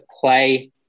play